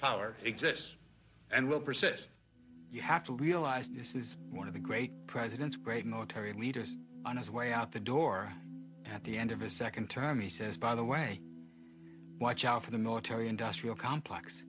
persist you have to realize this is one of the great presidents great military leaders on his way out the door at the end of his second term he says by the way watch out for the military industrial complex